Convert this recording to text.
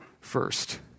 first